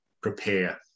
prepare